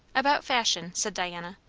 about fashion, said diana.